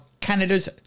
canada's